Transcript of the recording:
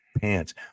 pants